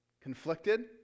Conflicted